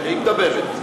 היא מדברת,